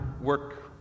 work